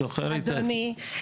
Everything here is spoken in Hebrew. אדוני,